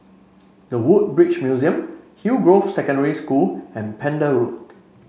The Woodbridge Museum Hillgrove Secondary School and Pender Road